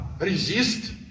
resist